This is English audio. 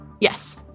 Yes